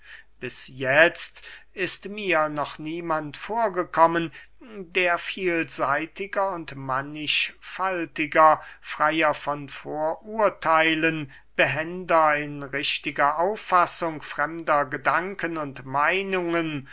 bis jetzt ist mir noch niemand vorgekommen der vielseitiger und mannigfaltiger freyer von vorurtheilen behender in richtiger auffassung fremder gedanken und meinungen